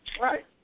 Right